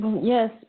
Yes